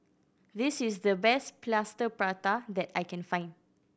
this is the best Plaster Prata that I can find